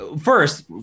First